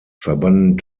verbanden